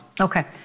Okay